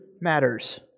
matters